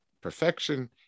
perfection